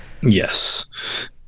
Yes